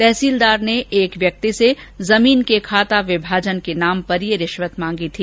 तहसीलदार ने एक व्यक्ति से जमीन के खाता विभाजन के नाम पर ये रिश्वत मांगी थी